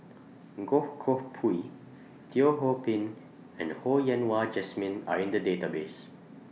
Goh Koh Pui Teo Ho Pin and Ho Yen Wah Jesmine Are in The Database